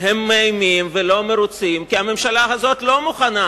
והם מאיימים ולא מרוצים כי הממשלה הזאת לא מוכנה,